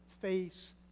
face